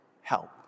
help